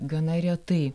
gana retai